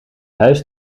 huis